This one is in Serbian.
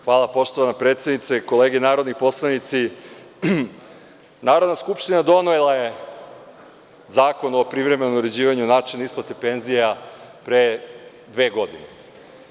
Hvala poštovana predsednice, kolege narodni poslanici, Narodna skupština donela je Zakon o privremenom uređivanju načina isplate penzija pre dve godine.